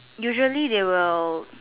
usually they will